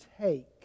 take